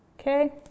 okay